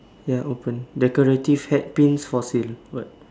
ya open decorative head Pins for sale what